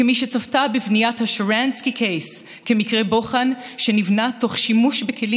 כמי שצפתה בבניית ה-Sharansky case כמקרה בוחן שנבנה תוך שימוש בכלים